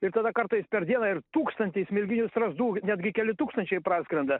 ir tada kartais per dieną ir tūkstantį smilginių strazdų netgi keli tūkstančiai praskrenda